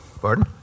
Pardon